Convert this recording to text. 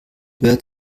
bert